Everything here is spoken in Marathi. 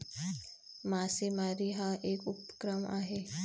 मासेमारी हा एक उपक्रम आहे